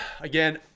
again